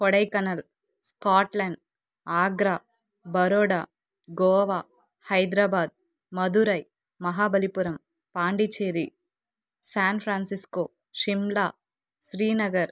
Kodaikanal Scotland Agra Baroda Goa Hyderabad Madurai Mahabalipuram Pondicherry San Francisco Shimla Srinagar